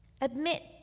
Admit